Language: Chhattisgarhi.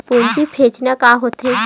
पूंजी भेजना का होथे?